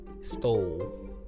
stole